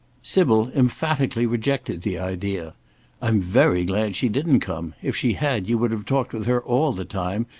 sybil emphatically rejected the idea i'm very glad she didn't come. if she had, you would have talked with her all the time,